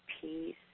peace